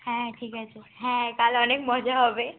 হ্যাঁ ঠিক আছে হ্যাঁ কাল অনেক মজা হবে